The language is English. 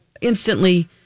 instantly